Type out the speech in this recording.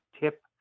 tip